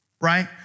Right